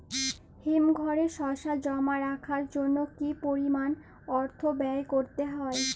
হিমঘরে শসা জমা রাখার জন্য কি পরিমাণ অর্থ ব্যয় করতে হয়?